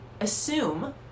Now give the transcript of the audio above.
assume